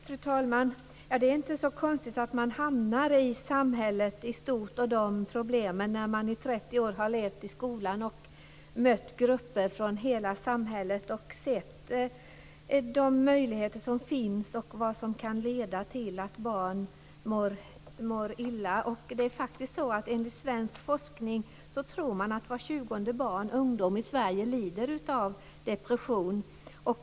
Fru talman! Det är inte så konstigt att man hamnar i en diskussion om samhällets problem i stort när man i 30 år har levt i skolan, mött grupper från hela samhället och sett de möjligheter som finns och vad som kan leda till att barn mår illa. Enligt svensk forskning tror man faktiskt att var tjugonde av alla barn och ungdomar i Sverige lider av depression.